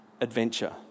adventure